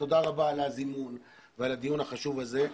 תודה רבה על הזימון ועל הדיון החשוב הזה.